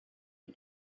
and